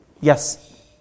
Yes